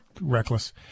reckless